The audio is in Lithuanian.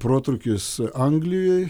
protrūkis anglijoj